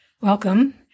Welcome